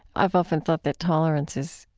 i've often thought that tolerance is,